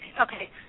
okay